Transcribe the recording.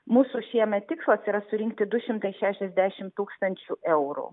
mūsų šiemet tikslas yra surinkti du šimtai šešiasdešim tūkstančių eurų